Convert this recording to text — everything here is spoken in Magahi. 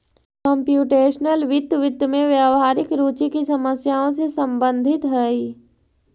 कंप्युटेशनल वित्त, वित्त में व्यावहारिक रुचि की समस्याओं से संबंधित हई